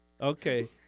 Okay